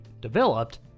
developed